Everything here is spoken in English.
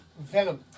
Venom